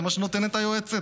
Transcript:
זה מה שנותנת היועצת.